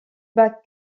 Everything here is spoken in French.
bat